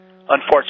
Unfortunately